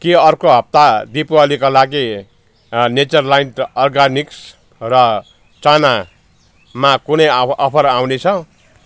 के अर्को हप्ता दीपावलीका लागि नेचरल्यान्ड अर्गानिक्स र चनामा कुनै अफ अफर आउनेछ